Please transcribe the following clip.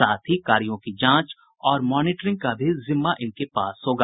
साथ ही कार्यों की जांच और मॉनिटिरिंग का भी जिम्मा इनके पास होगा